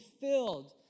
filled